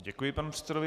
Děkuji panu předsedovi.